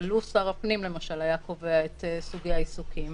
אבל לו שר הפנים למשל היה קובע את סוגי העיסוקים,